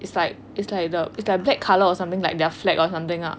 it's like it's like the it's like black colour or something like their flag of something lah